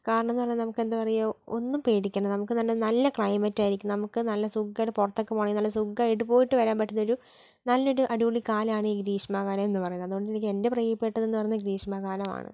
കാരണമെന്ന് പറഞ്ഞാൽ നമുക്ക് എന്താണ് പറയുക ഒന്നും പേടിക്കണ്ട നമുക്ക് നല്ല നല്ല ക്ലൈമറ്റ് ആയിരിക്കും നമുക്ക് നല്ല സുഖമായിട്ട് പുറത്തൊക്കെ പോവണമെങ്കിൽ നല്ല സുഖമായിട്ട് പോയിട്ട് വരാൻ പറ്റുന്നൊരു നല്ലൊരു അടിപൊളി കാലമാണ് ഈ ഗ്രീഷ്മകാലം എന്ന് പറയുന്നത് അതുകൊണ്ട് എനിക്ക് എന്റെ പ്രിയപ്പെട്ടതെന്ന് പറയുന്നത് ഗ്രീഷ്മകാലമാണ്